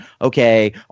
okay